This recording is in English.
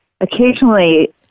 occasionally